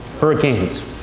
hurricanes